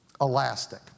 elastic